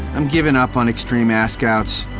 i'm giving up on extreme ah ask-outs.